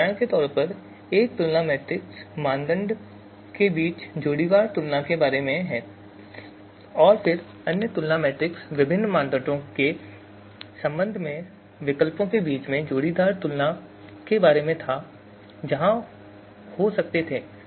उदाहरण के लिए एक तुलना मैट्रिक्स मानदंड के बीच जोड़ीवार तुलना के बारे में था और फिर अन्य तुलना मैट्रिक्स विभिन्न मानदंडों के संबंध में विकल्पों के बीच जोड़ीदार तुलना के बारे में थे जो वहां हो सकते थे